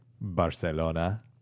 Barcelona